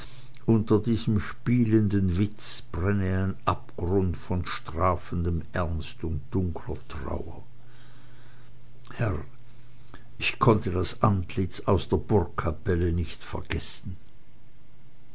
unter diesem spielenden witz brenne ein abgrund von strafendem ernst und dunkler trauer herr ich konnte das antlitz aus der burgkapelle nicht vergessen